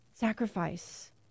sacrifice